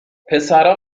پسرها